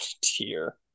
tier